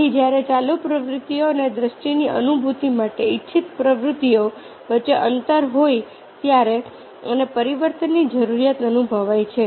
તેથી જ્યારે ચાલુ પ્રવૃત્તિઓ અને દ્રષ્ટિની અનુભૂતિ માટે ઇચ્છિત પ્રવૃત્તિઓ વચ્ચે અંતર હોય ત્યારે અને પરિવર્તનની જરૂરિયાત અનુભવાય છે